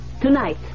Tonight